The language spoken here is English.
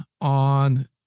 on